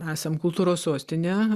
esam kultūros sostinė